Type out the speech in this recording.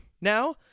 now